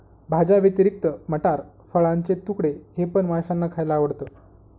भाज्यांव्यतिरिक्त मटार, फळाचे तुकडे हे पण माशांना खायला आवडतं